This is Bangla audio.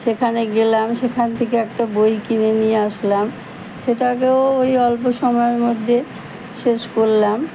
সেখানে গেলাম সেখান থেকে একটা বই কিনে নিয়ে আসলাম সেটাকেও ওই অল্প সময়ের মধ্যে শেষ করলাম